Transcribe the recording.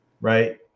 Right